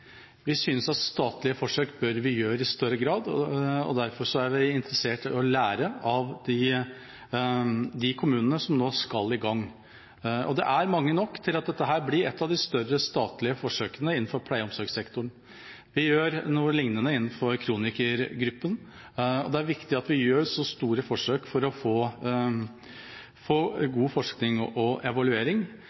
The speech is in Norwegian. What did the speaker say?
vi synes at statlige forsøk bør vi gjøre i større grad. Derfor er vi interessert i å lære av de kommunene som nå skal i gang. Og det er mange nok til at dette blir et av de større statlige forsøkene innenfor pleie- og omsorgssektoren. Vi gjør noe lignende innenfor kronikergruppen, og det er viktig at vi gjør så store forsøk for å få god forskning og evaluering.